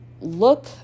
look